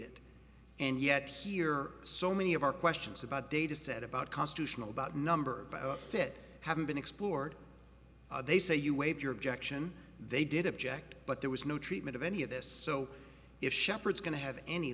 it and yet here so many of our questions about dataset about constitutional about number by a bit haven't been explored they say you wave your objection they did object but there was no treatment of any of this so if shepard's going to have any